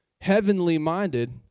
heavenly-minded